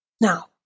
Now